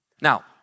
Now